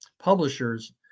publishers